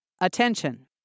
attention